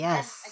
Yes